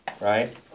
Right